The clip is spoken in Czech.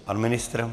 Pan ministr?